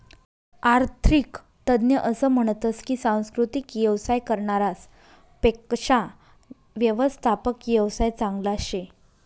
आरर्थिक तज्ञ असं म्हनतस की सांस्कृतिक येवसाय करनारास पेक्शा व्यवस्थात्मक येवसाय चांगला शे